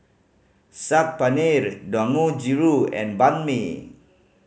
Saag Paneer Dangojiru and Banh Mi